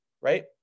right